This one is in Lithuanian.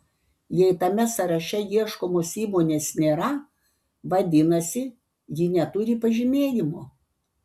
jei tame sąraše ieškomos įmonės nėra vadinasi ji neturi pažymėjimo